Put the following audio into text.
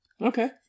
Okay